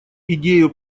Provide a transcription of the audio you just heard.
идею